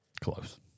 Close